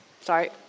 Sorry